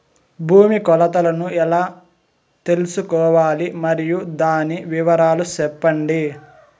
భూమి కొలతలను ఎలా తెల్సుకోవాలి? మరియు దాని వివరాలు సెప్పండి?